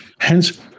Hence